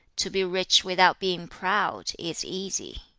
to be rich without being proud is easy